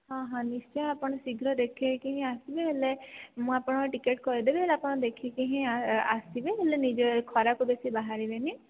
ହଁ ହଁ ନିଶ୍ଚୟ ଆପଣ ଶୀଘ୍ର ଦେଖାଇକି ହିଁ ଆସିବେ ହେଲେ ମୁଁ ଆପଣଙ୍କର ଟିକେଟ କରିଦେବି ଆପଣ ଦେଖିକିହିଁ ଆସିବେ ହେଲେ ନିଜେ ଖରାକୁ ବେଶି ବାହାରିବେନି